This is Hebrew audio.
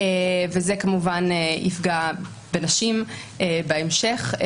וזה כמובן יפגע בנשים בהמשך.